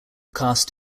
cast